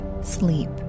sleep